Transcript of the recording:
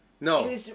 No